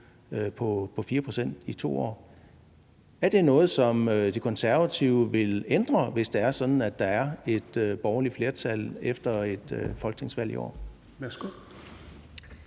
på 4 pct. i 2 år, noget, som De Konservative vil ændre, hvis det er sådan, at der er et borgerligt flertal efter et folketingsvalg i år?